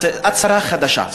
את שרה חדשה,